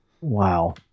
wow